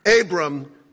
Abram